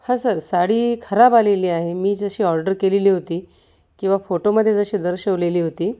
हा सर साडी खराब आलेली आहे मी जशी ऑर्डर केलेली होती किंवा फोटोमध्ये जशी दर्शवलेली होती